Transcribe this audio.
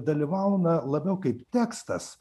dalyvauna labiau kaip tekstas